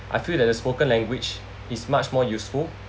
I feel that the spoken language is much more useful